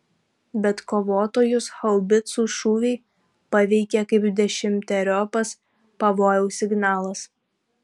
bet kovotojus haubicų šūviai paveikė kaip dešimteriopas pavojaus signalas